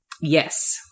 Yes